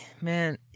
man